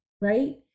right